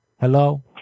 Hello